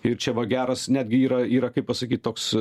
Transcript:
ir čia va geras netgi yra yra kaip pasakyt toks